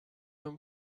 him